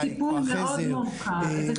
זה טיפול מאוד מורכב.